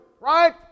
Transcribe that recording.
right